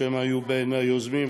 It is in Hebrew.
שהם היו בין היוזמים,